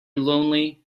lonely